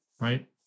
right